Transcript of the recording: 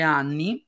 anni